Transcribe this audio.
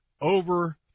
over